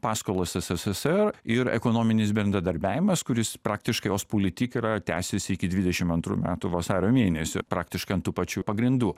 paskolos sssr ir ekonominis bendradarbiavimas kuris praktiškai ost politik yra tęsėsi iki dvidešim antrų metų vasario mėnesio praktiškai an tų pačių pagrindų